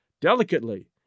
delicately